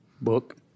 book